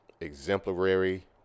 exemplary